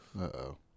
Uh-oh